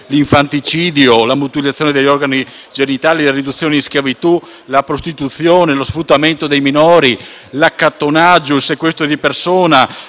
l'infanticidio, la mutilazione degli organi genitali, la riduzione in schiavitù, la prostituzione, lo sfruttamento dei minori, l'accattonaggio, il sequestro di persona,